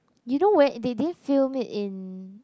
you know where they din film it in